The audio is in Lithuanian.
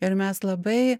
ir mes labai